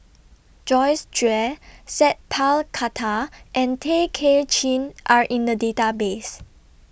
Joyce Jue Sat Pal Khattar and Tay Kay Chin Are in The Database